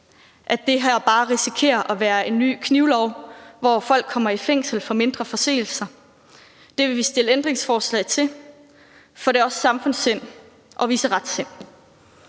at det her bare risikerer at være en ny knivlov, hvor folk kommer i fængsel for mindre forseelser. Det vil vi stille ændringsforslag til, for det er også samfundssind at vise retsind.